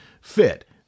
fit